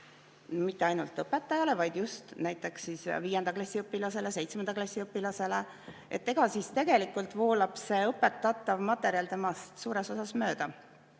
mitte ainult õpetajale, vaid just näiteks viienda klassi õpilasele, seitsmenda klassi õpilasele, siis tegelikult voolab õpetatav materjal temast suures osas mööda.